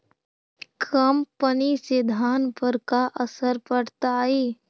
कम पनी से धान पर का असर पड़तायी?